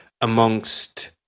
amongst